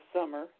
Summer